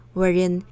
wherein